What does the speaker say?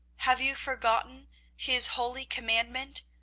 have you forgotten his holy commandment,